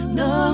no